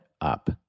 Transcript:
up